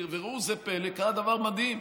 וראו זה פלא, קרה דבר מדהים: